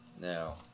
Now